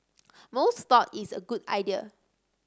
most thought it's a good idea